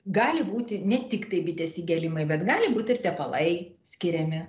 gali būti ne tiktai bitės įgėlimai bet gali būti ir tepalai skiriami